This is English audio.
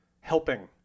helping